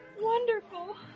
wonderful